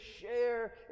share